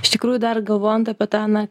iš tikrųjų dar galvojant apie tą na